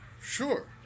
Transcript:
Sure